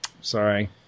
Sorry